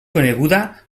coneguda